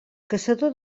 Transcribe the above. caçador